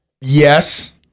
Yes